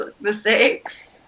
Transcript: mistakes